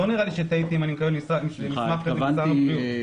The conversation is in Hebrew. לא נראה לי שטעיתי אם קיבלתי מסמך כזה משר הבריאות,